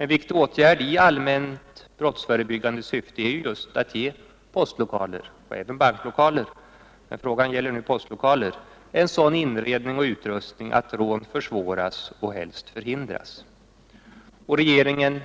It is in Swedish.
En viktig åtgärd i allmänt brottsförebyggande syfte är just att ge postlokaler och även banklokaler — men frågan gäller ju postlokaler — en sådan inredning och utrustning att rån försvåras och helst förhindras. Regeringen